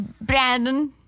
Brandon